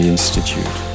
Institute